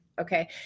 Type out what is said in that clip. okay